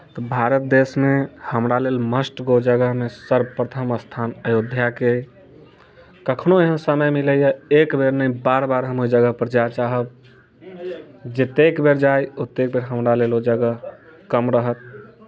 भारत देशमे हमरा लेल मस्ट गो जगहमे सर्वप्रथम स्थान अयोध्याके अइ कखनो एहन समय मिलैए एक बेर नहि बार बार हम ओहि जगहपर जाय चाहब जतेक बेर जाइ ओतेक बेर हमरा लेल ओ जगह कम रहत